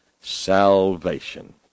salvation